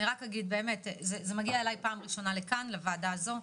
אני רק אגיד שזה מגיע אליי פעם ראשונה לוועדה הזאת.